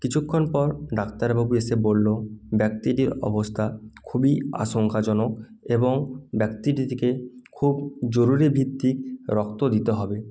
কিছুক্ষণ পর ডাক্তার বাবু এসে বললো ব্যক্তিটির অবস্থা খুবই আশঙ্কাজনক এবং ব্যক্তিটিকে খুব জরুরি ভিত্তিক রক্ত দিতে হবে